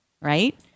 right